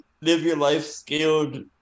live-your-life-scaled